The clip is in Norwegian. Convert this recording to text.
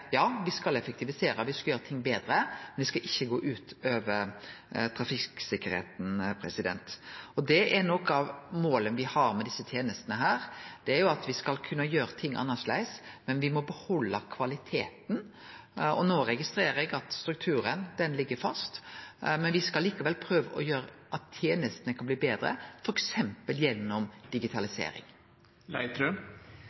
ja, me skal effektivisere, me skal gjere ting betre, men det skal ikkje gå ut over trafikksikkerheita. Noko av målet me har med desse tenestene, er jo at me skal kunne gjere ting annleis, men me må behalde kvaliteten. No registrerer eg at strukturen ligg fast, men me skal likevel prøve å gjere tenestene betre, f.eks. gjennom digitalisering. En av de viktigste tjenestene er jo at